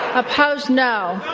opposed no.